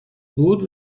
بود